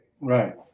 Right